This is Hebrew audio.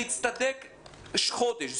להצטדק במשך חודש,